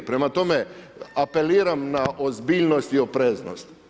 Prema tome, apeliram na ozbiljnost i opreznost.